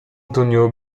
antonio